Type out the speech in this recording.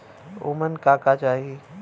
उमन का का चाही?